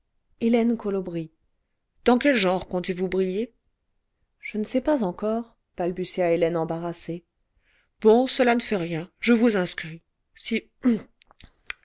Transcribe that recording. hélène colobry dans quel genre comptez-vous briller je ne sais pas encore balbutia hélène embarrassée bon cela ne fait rieu je vous inscris si